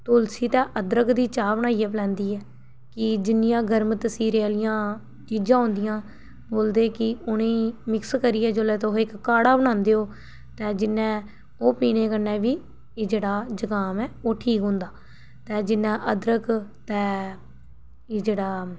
तुलसी ते अदरक दी चाह् बनाइयै पलैंदी ऐ कि जिन्नियां गरम तसीरें आह्लियां चीज़ां होंदियां बोलदे कि उनें गी मिक्स करियै जोल्लै तुह इक काढ़ा बनांदे ओ ते जिन्ने ओह् पीने कन्नै बी एह् जेह्ड़ा जकाम ऐ ओह् ठीक होंदा ते जिन्ना अदरक ते एह् जेह्ड़ा